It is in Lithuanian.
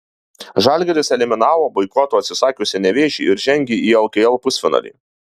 žalgiris eliminavo boikoto atsisakiusį nevėžį ir žengė į lkl pusfinalį